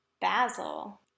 Basil